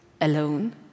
alone